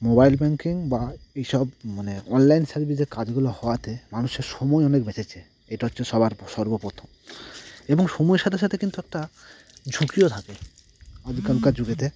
mobile banking বা এই সব মানে অনলাইন সার্ভিসের কাজগুলো হওয়াতে মানুষের সময় অনেক বেঁচেছে এটা হচ্ছে সবার সর্বপ্রথম এবং সময়ের সাথে সাথে কিন্তু একটা ঝুঁকিও থাকে আজকালকার যুগেতে